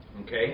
Okay